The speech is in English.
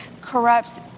corrupts